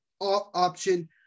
option